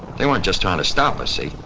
they weren't just trying to stop us, see,